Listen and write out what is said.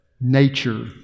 nature